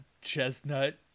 chestnut